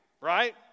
right